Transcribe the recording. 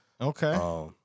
Okay